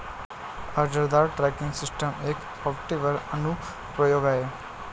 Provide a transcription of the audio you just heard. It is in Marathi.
अर्जदार ट्रॅकिंग सिस्टम एक सॉफ्टवेअर अनुप्रयोग आहे